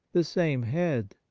the same head,